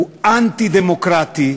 הוא אנטי-דמוקרטי,